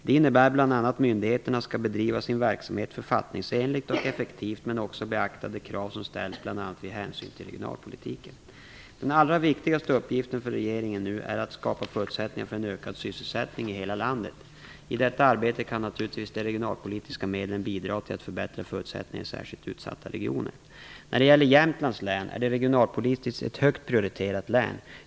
Det innebär bl.a. att myndigheterna skall bedriva sin verksamhet författningsenligt och effektivt, men också beakta de krav som ställs bl.a. av hänsyn till regionalpolitiken. Den allra viktigaste uppgiften för regeringen nu är att skapa förutsättningar för en ökad sysselsättning i hela landet. I detta arbete kan naturligtvis de regionalpolitiska medlen bidra till att förbättra förutsättningarna i särskilt utsatta regioner. Jämtlands län är regionalpolitiskt ett högt prioriterat län.